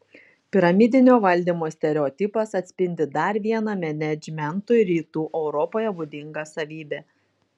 piramidinio valdymo stereotipas atspindi dar vieną menedžmentui rytų europoje būdingą savybę